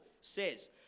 says